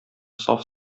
саф